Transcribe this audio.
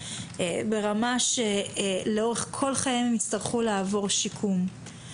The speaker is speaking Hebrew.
ברמה שלאורך כל חייהם הם יצטרכו לעבור שיקום.